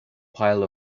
pile